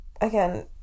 again